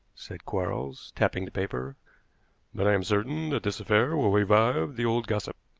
said quarles, tapping the paper but i am certain that this affair will revive the old gossip.